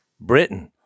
Britain